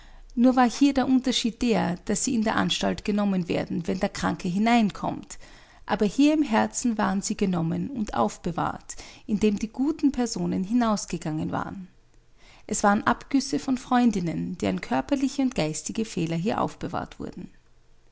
nur war hier der unterschied der daß sie in der anstalt genommen werden wenn der kranke hineinkommt aber hier im herzen waren sie genommen und aufbewahrt indem die guten personen hinausgegangen waren es waren abgüsse von freundinnen deren körperliche und geistige fehler hier aufbewahrt wurden